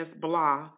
blah